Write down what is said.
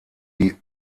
die